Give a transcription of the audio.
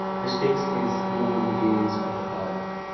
which takes place beyond the gaze of the powerful.